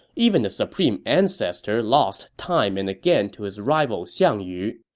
even the supreme ancestor lost time and again to his rival xiang yu,